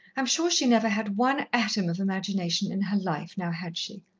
i'm sure she never had one atom of imagination in her life, now had she?